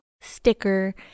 sticker